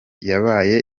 yabaye